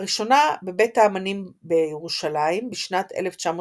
הראשונה בבית האמנים בירושלים בשנת 1968,